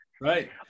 right